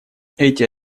эти